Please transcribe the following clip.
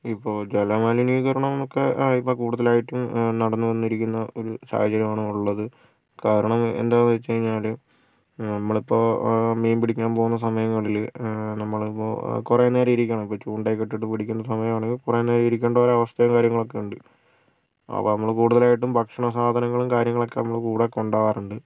ഇപ്പോൾ ജല മലിനീകരണം എന്നൊക്കെ ഇപ്പോൾ കൂടുതലായിട്ട് നടന്നു വന്നിരിക്കുന്ന ഒരു സാഹചര്യമാണ് ഉള്ളത് കാരണം എന്താന്ന് വെച്ച് കഴിഞ്ഞാല് നമ്മളിപ്പോൾ മീൻ പിടിക്കാൻ പോകുന്ന സമയങ്ങളില് നമ്മളിപ്പോൾ കുറെ നേരം ഇരിക്കണം ഇപ്പം ചൂണ്ടയൊക്കേ ഇട്ടിട്ട് പിടിക്കുന്ന സമയമാണെങ്കിൽ കുറെ നേരം ഇരിക്കണ്ട ഒരവസ്ഥയും കാര്യങ്ങളുമൊക്കെ ഉണ്ട് അപ്പം നമ്മള് കൂടുതലായിട്ടും ഭക്ഷണ സാധനങ്ങളും കാര്യങ്ങളുമൊക്കെ നമ്മള് കൂടെ കൊണ്ടുപോകാറുണ്ട്